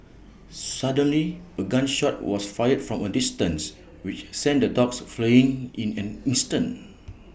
suddenly A gun shot was fired from A distance which sent the dogs fleeing in an instant